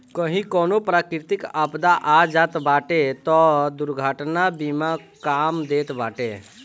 कही कवनो प्राकृतिक आपदा आ जात बाटे तअ दुर्घटना बीमा काम देत बाटे